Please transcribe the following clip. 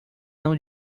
não